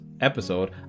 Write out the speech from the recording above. episode